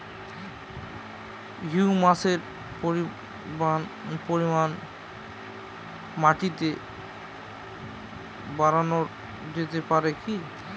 হিউমাসের পরিমান মাটিতে বারানো যেতে পারে কি?